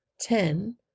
ten